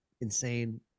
Insane